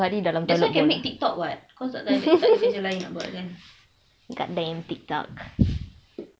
that's why can make TikTok [what] cause tak ada kerja lain nak buat kan